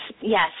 Yes